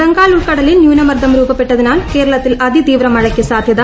ബംഗാൾ ഉൾക്കടലിൽ ന്യൂനമർദം രൂപപ്പെട്ടതിനാൽ കേരളത്തിൽ അതിതീവ്ര മഴയ്ക്ക് സാധൃത